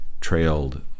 trailed